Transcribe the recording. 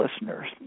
listeners